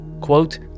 quote